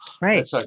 Right